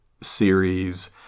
series